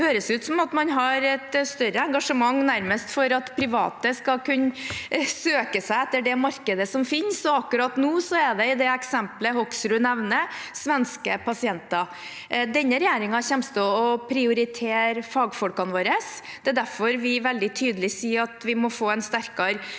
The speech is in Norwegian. Det høres ut som man har et større engasjement, nærmest, for at private skal kunne søke seg til det markedet som finnes, og akkurat nå er det i det eksemplet Hoksrud nevner, svenske pasienter. Denne regjeringen kommer til å prioritere fagfolkene våre. Det er derfor vi veldig tydelig sier at vi må få en sterkere